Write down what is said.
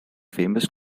famous